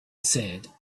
said